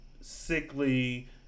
sickly